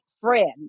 friend